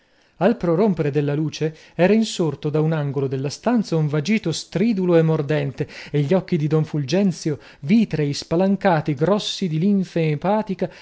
al prorompere della luce era insorto da un angolo della stanza un vagito stridulo e mordente e gli occhi di don fulgenzio vitrei spalancati grossi di linfe epatica